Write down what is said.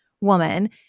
woman